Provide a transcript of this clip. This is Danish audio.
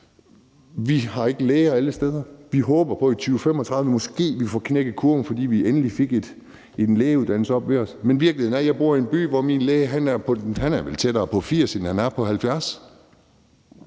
Vi har ikke læger alle steder. Vi håber på, at vi i 2035 måske får knækket kurven, fordi vi endelig har fået en lægeuddannelse oppe ved os. Men virkeligheden er, at jeg bor i en by, hvor min læge vel er tættere på 80 år, end han er på 70